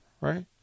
right